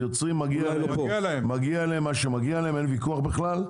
ליוצרים מגיע להם מה שמגיע להם, ואין ויכוח בכלל.